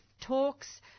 talks